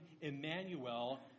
Emmanuel